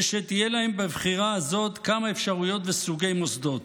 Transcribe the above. ושיהיו להם בבחירה הזאת כמה אפשרויות וסוגי מוסדות.